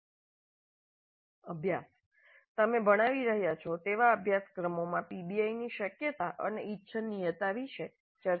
અભ્યાસ તમે ભણાવી રહ્યાં છો તેવા અભ્યાસક્રમોમાં પીબીઆઈની શક્યતા અને ઇચ્છનીયતા વિશે ચર્ચા કરો